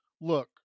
Look